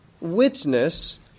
witness